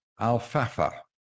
alfalfa